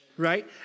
Right